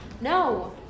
no